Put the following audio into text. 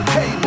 Hey